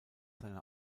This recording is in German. seine